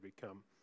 become